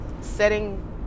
setting